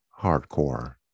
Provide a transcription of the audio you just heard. hardcore